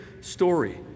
story